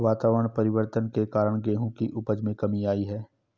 वातावरण परिवर्तन के कारण गेहूं की उपज में कमी आई है